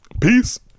Peace